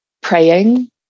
praying